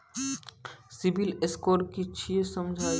Civil score कि छियै समझाऊ?